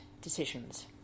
decisions